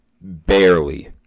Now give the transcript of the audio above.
Barely